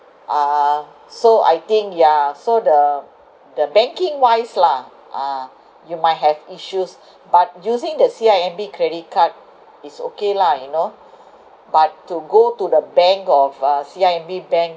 uh so I think yeah so the the banking wise lah uh you might have issues but using the C_I_M_B credit card it's okay lah you know but to go to the bank of uh C_I_M_B bank